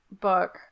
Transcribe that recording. book